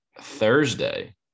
thursday